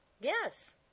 Yes